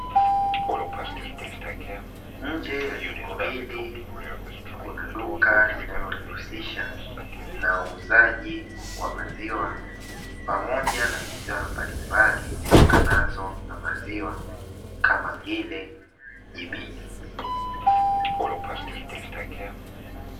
Nje ya jengo hili kuna duka linalojihusisha na uuzaji wa maziwa pamoja na bidhaa mbalimbali zitokanazo na maziwa kama vile jibini.